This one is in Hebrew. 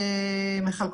ויש לקוחות